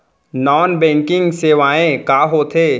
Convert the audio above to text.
non banking सेवाएं का होथे